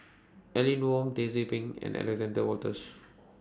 Aline Wong Dizzy Peng and Alexander Wolters